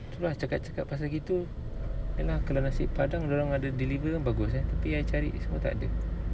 tu lah cakap cakap pasal gitu kalau nasi padang dia orang ada deliver kan bagus eh tapi I cari semua tak ada